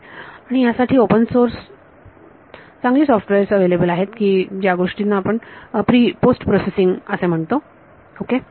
अशा प्रकारच्या गोष्टींसाठी ओपन सोर्स चांगली सॉफ्टवेअर अवेलेबल आहेत की ज्या गोष्टींना पोस्ट प्रोसेसिंग असे म्हणतात ओके